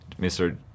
Mr